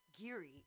Geary